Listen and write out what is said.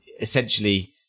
essentially